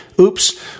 Oops